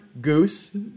Goose